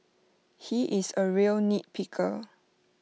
he is A real nitpicker